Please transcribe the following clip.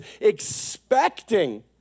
expecting